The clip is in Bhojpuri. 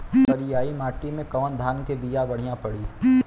करियाई माटी मे कवन धान के बिया बढ़ियां पड़ी?